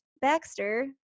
Baxter